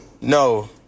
No